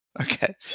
Okay